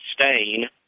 stain